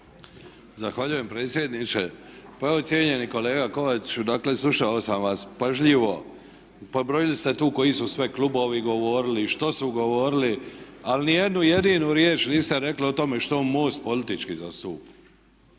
Zahvaljujem predsjedniče, pa evo cijenjeni kolega Kovačiću dakle slušao sam vas pažljivo, pobrojili ste tu koji su sve klubovi govorili i što su govorili ali niti jednu jedinu riječ niste rekli o tome što MOST politički zastupa.